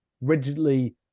rigidly